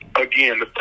again